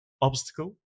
obstacle